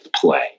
play